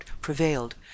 prevailed